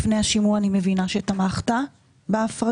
אני מבינה שלפני השימוע תמכת בהפרדה.